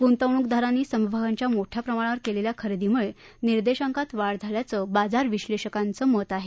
गुंतवणुकदारांनी समभागाच्या मोठ्या प्रमाणावर केलेल्या खरेदीमुळे निर्देशांकात वाढ झाल्याचं बाजार विश्लेषकांचं मत आहे